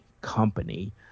company